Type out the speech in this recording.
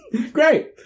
Great